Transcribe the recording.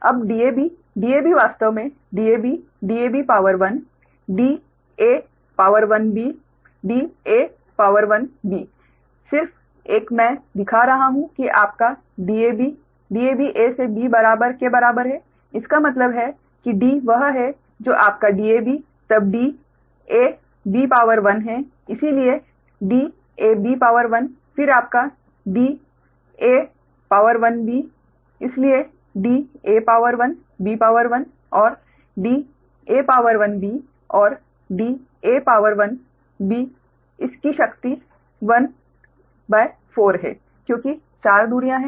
अब Dab Dab वास्तव में dabdabdab dab सिर्फ एक मैं दिखा रहा हूँ कि आपका Dab Dab a से b के बराबर है इसका मतलब है कि D वह है जो आपका Dab तब d a b है इसलिए dab फिर अपका dab so dab और dab और dab इसकी शक्ति 1 भागित 4 है क्योंकि 4 दूरियां हैं